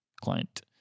client